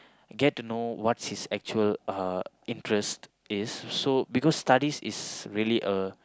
get to know what's his actual uh interest is so because studies is really a